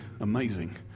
Amazing